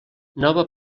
nova